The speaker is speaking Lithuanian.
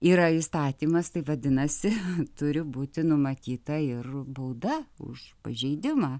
yra įstatymas tai vadinasi turi būti numatyta ir bauda už pažeidimą